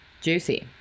Juicy